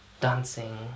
dancing